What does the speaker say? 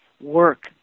work